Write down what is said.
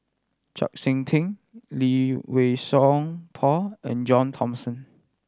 Chau Sik Ting Lee Wei Song Paul and John Thomson